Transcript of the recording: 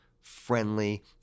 friendly